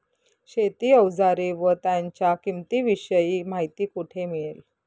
शेती औजारे व त्यांच्या किंमतीविषयी माहिती कोठे मिळेल?